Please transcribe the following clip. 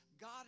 God